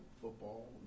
football